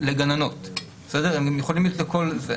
כדרך אגב,